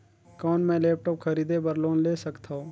कौन मैं लेपटॉप खरीदे बर लोन ले सकथव?